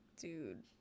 dude